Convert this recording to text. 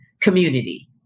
community